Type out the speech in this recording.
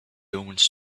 omens